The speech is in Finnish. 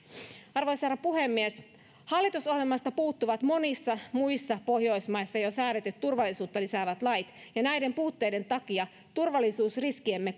arvoisa herra puhemies hallitusohjelmasta puuttuvat monissa muissa pohjoismaissa jo säädetyt turvallisuutta lisäävät lait ja näiden puutteiden takia turvallisuusriskiemme